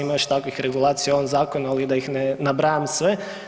Ima još takvih regulacija u ovom zakonu, ali da ih ne nabrajam sve.